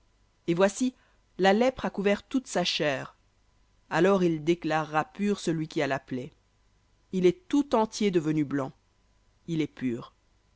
et voici la lèpre a couvert toute sa chair alors il déclarera pur la plaie il est tout entier devenu blanc il est pur